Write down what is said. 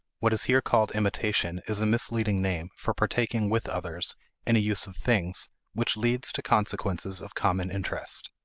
what is here called imitation is a misleading name for partaking with others in a use of things which leads to consequences of common interest.